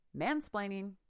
mansplaining